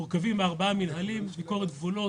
הזרוע שלנו מורכבת מארבעה מינהליים: ביקורת גבולות,